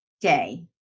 day